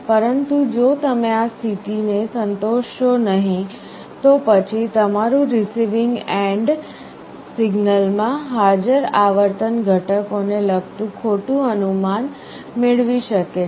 પરંતુ જો તમે આ સ્થિતિને સંતોષશો નહીં તો પછી તમારું રીસીવીંગ એન્ડ સિગ્નલમાં હાજર આવર્તન ઘટકોને લગતું ખોટું અનુમાન મેળવી શકે છે